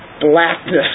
blackness